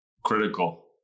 critical